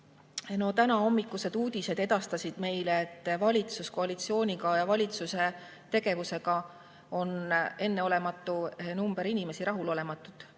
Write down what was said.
tänahommikused uudised edastasid meile, et valitsuskoalitsiooniga ja valitsuse tegevusega on enneolematu number inimesi rahulolematud: